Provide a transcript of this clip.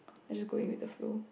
I just go in with the flow